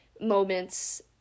moments